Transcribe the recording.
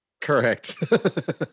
correct